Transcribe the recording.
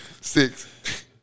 Six